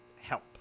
help